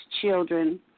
children